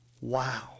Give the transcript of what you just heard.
Wow